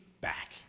back